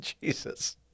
Jesus